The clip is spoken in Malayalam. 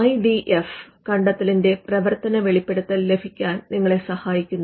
ഐ ഡി എഫ് കണ്ടെത്തലിന്റെ പ്രവർത്തന വെളിപ്പെടുത്തൽ ലഭിക്കാൻ നിങ്ങളെ സഹായിക്കുന്നു